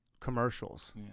commercials